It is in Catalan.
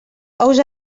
ous